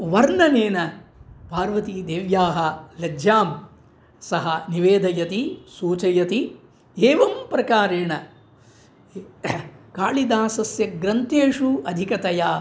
वर्णनेन पार्वतीदेव्याः लज्जां सः निवेदयति सूचयति एवं प्रकारेण कालिदासस्य ग्रन्थेषु अधिकतया